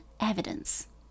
evidence